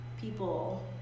people